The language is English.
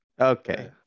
Okay